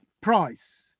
price